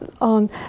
on